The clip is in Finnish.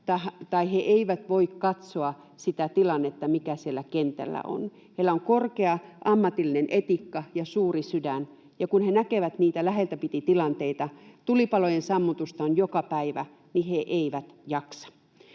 tai he eivät voi katsoa sitä tilannetta, mikä siellä kentällä on. Heillä on korkea ammatillinen etiikka ja suuri sydän, ja kun he näkevät niitä läheltä piti -tilanteita, tulipalojen sammutusta on joka päivä, niin he eivät jaksa.